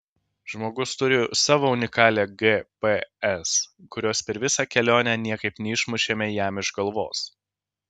žmogus turi savo unikalią gps kurios per visą kelionę niekaip neišmušėme jam iš galvos